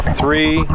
three